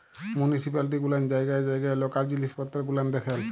municipality গুলান জায়গায় জায়গায় লকাল জিলিস পত্তর গুলান দেখেল